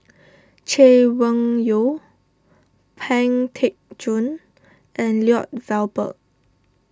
Chay Weng Yew Pang Teck Joon and Lloyd Valberg